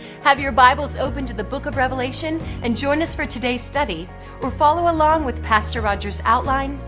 have your bibles open to the book of revelation and join us for today's study or follow along with pastor rogers' outline,